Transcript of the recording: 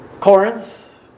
Corinth